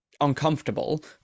uncomfortable